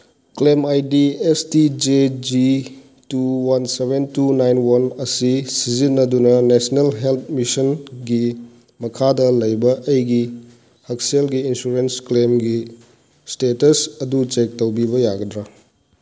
claim I D S T J G two one seven two nine one ꯑꯁꯤ ꯁꯤꯖꯤꯟꯅꯗꯨꯅ national health ꯃꯤꯁꯟꯒꯤ ꯃꯈꯥꯗ ꯂꯩꯕ ꯑꯩꯒꯤ ꯍꯛꯁꯦꯜꯒꯤ ꯏꯟꯁꯨꯔꯦꯟꯁ ꯀ꯭ꯂꯦꯝꯒꯤ ꯏꯁꯇꯦꯇꯁ ꯑꯗꯨ ꯆꯦꯛ ꯇꯧꯕꯤꯕ ꯌꯥꯒꯗ꯭ꯔꯥ